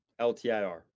LTIR